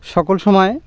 সকল সময়